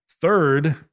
third